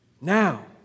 Now